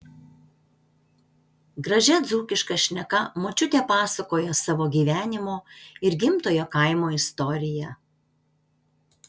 gražia dzūkiška šneka močiutė pasakojo savo gyvenimo ir gimtojo kaimo istoriją